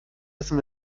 essen